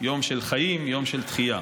יום של חיים, יום של תחייה.